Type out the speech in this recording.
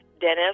Dennis